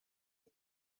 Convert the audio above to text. and